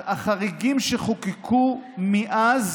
החריגים שחוקקו מאז